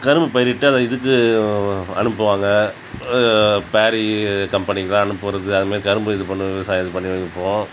கரும்பு பயிரிட்டு அதை இதுக்கு அனுப்புவாங்க பேரி கம்பெனிக்கெல்லாம் அனுப்புவது அதை மாதிரி கரும்பு இது பண்ற விவசாயம் பண்ணி வைப்போம்